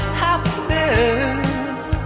happiness